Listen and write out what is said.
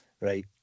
right